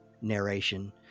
narration